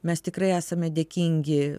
mes tikrai esame dėkingi